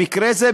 במקרה זה,